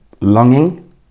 longing